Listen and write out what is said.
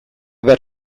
behar